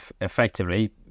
effectively